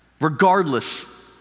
Regardless